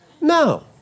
no